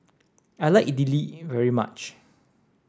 I like Idili very much